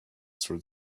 through